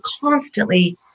constantly